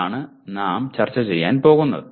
അതാണ് നാം ചെയ്യാൻ പോകുന്നത്